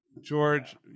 George